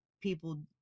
people